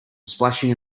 splashing